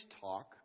talk